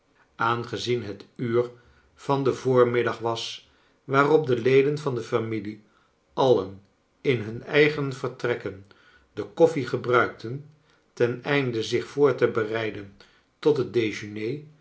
aangezien het het uur van den voormiddag was waarop de leden van de familie alien in hun eigen vertrekken de koffie gebruikten ten einde zich voor te bereiden tot het